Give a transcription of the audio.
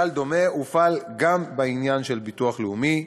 כלל דומה הופעל גם לעניין הביטוח הלאומי,